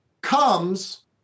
comes